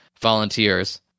volunteers